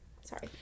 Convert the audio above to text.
Sorry